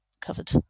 covered